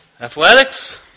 athletics